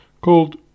called